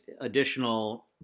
additional